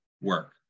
work